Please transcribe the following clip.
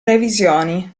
revisioni